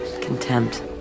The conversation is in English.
Contempt